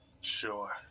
sure